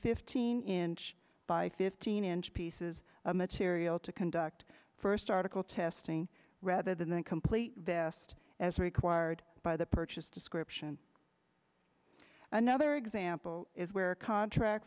fifteen inch by fifteen inch pieces of material to conduct first article testing rather than complete best as required by the purchase description another example is where a contract